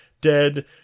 dead